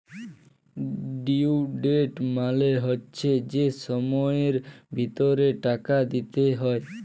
due date মালে হচ্যে যে সময়ের ভিতরে টাকা দিতে হ্যয়